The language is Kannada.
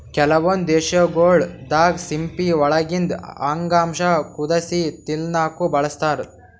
ಕೆಲವೊಂದ್ ದೇಶಗೊಳ್ ದಾಗಾ ಸಿಂಪಿ ಒಳಗಿಂದ್ ಅಂಗಾಂಶ ಕುದಸಿ ತಿಲ್ಲಾಕ್ನು ಬಳಸ್ತಾರ್